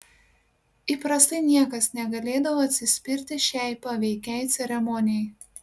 įprastai niekas negalėdavo atsispirti šiai paveikiai ceremonijai